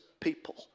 people